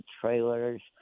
trailers